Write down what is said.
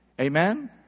Amen